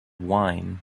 wine